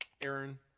Aaron